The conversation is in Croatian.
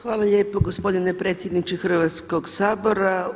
Hvala lijepo gospodine predsjedniče Hrvatskog sabora.